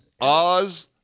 Oz-